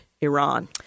Iran